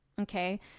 okay